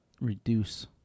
Reduce